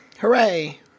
Hooray